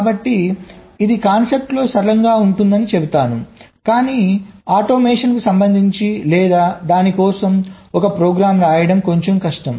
కాబట్టి ఇది కాన్సెప్ట్లో సరళంగా ఉంటుందని చెబుతుంది కానీ ఆటోమేషన్కు సంబంధించి లేదా దాని కోసం ఒక ప్రోగ్రామ్ రాయడం కొంచెం కష్టం